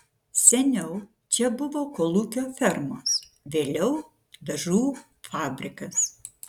seniau čia buvo kolūkio fermos vėliau dažų fabrikas